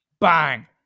Bang